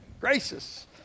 Gracious